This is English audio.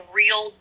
real